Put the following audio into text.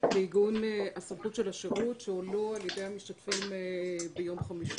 לעיגון הסמכות של השירות שהועלו על ידי המשתתפים ביום חמישי.